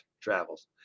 travels